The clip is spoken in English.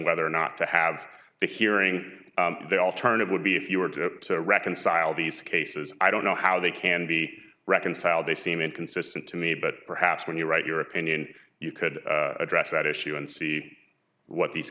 whether or not to have a hearing the alternative would be if you were to reconcile these cases i don't know how they can be reconciled they seem inconsistent to me but perhaps when you write your opinion you could address that issue and see what these